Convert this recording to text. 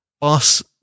boss